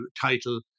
title